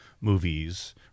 movies